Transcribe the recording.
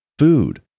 food